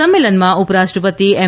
સંમેલનમાં ઉપરાષ્ટ્રપતિ એમ